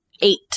Eight